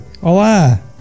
Hola